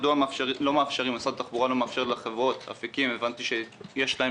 מדוע משרד התחבורה לא מאפשר לחברות ל"אפיקים" הבנתי שיש 8